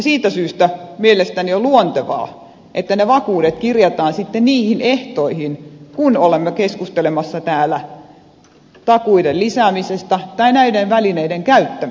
siitä syystä mielestäni on luontevaa että ne vakuudet kirjataan sitten niihin ehtoihin kun olemme keskustelemassa täällä takuiden lisäämisestä tai näiden välineiden käyttämisestä